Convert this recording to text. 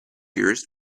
years